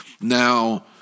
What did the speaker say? Now